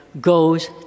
goes